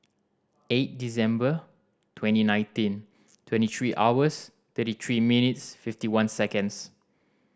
eight December twenty nineteen twenty three hours thirty three minutes fifty one seconds